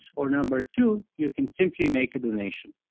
or number two, you can simply make a donation.